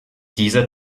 dieser